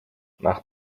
nach